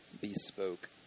bespoke